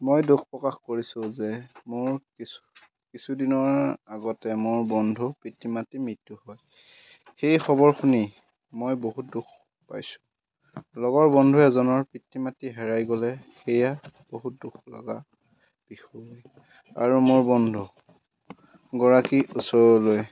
মই দুখ প্ৰকাশ কৰিছোঁ যে মোৰ কিছু কিছুদিনৰ আগতে মোৰ বন্ধুৰ পিতৃ মাতৃৰ মৃত্যু হয় সেই খবৰখিনি মই বহুত দুখ পাইছোঁ লগৰ বন্ধু এজনৰ পিতৃ মাতৃ হেৰাই গ'লে সেয়া বহুত দুখ লগা বিষয় আৰু মোৰ বন্ধুগৰাকী ওচৰলৈ